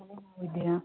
ತಲೆನೋವು ಇದೆಯಾ